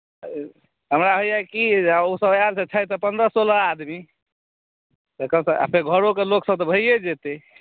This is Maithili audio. हमरा होइए कि जे ओसभ आयल तऽ छथि पन्द्रह सोलह आदमी आ घरोके लोकसभ तऽ भइये जेतै